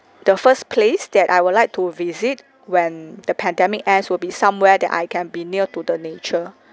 the first place that I will like to visit when the pandemic ends will be somewhere that I can be near to the nature